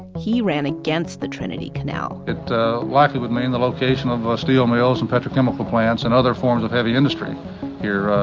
he ran against the trinity canal it likely would mean the location of ah steel mills and petrochemical plants and other forms of heavy industry here,